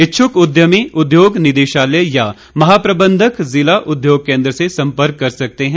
इच्छुक उद्यमी उद्योग निदेशालय या महा प्रबन्धक जिला उद्योग केन्द्र से सम्पर्क कर सकते हैं